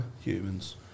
Humans